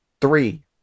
Three